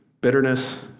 bitterness